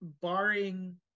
barring